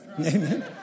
Amen